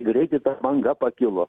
greitai ta banga pakilo